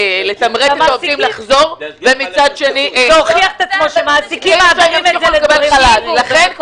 זה הוכיח את עצמו שמעסיקים מעבירים את זה ל --- לכן,